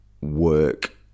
work